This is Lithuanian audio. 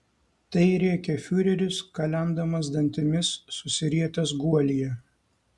tai rėkė fiureris kalendamas dantimis susirietęs guolyje